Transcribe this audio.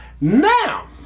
Now